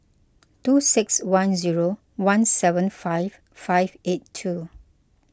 two six one zero one seven five five eight two